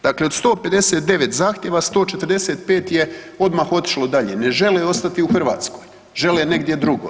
Dakle, od 159 zahtjeva 145 je odmah otišlo dalje, ne žele ostati u Hrvatskoj, žele negdje drugo.